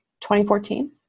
2014